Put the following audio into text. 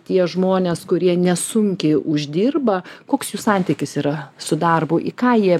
tie žmonės kurie nesunkiai uždirba koks jų santykis yra su darbu į ką jie